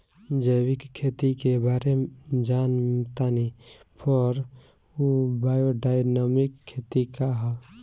जैविक खेती के बारे जान तानी पर उ बायोडायनमिक खेती का ह?